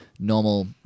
Normal